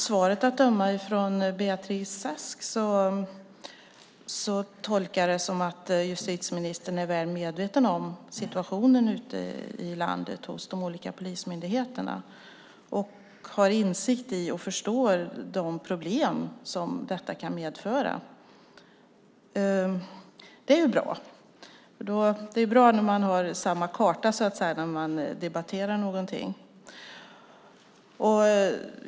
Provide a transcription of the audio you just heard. Herr talman! Jag tolkar svaret som att justitieministern är väl medveten om situationen hos de olika polismyndigheterna ute i landet och att hon förstår de problem som den kan medföra, och det är bra. Det är ju bra när man har samma karta när man debatterar en fråga.